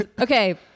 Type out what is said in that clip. Okay